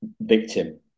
victim